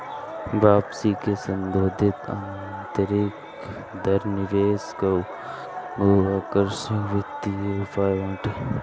वापसी के संसोधित आतंरिक दर निवेश कअ एगो आकर्षक वित्तीय उपाय बाटे